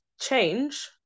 change